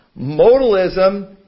Modalism